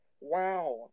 wow